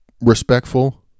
respectful